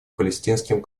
палестинским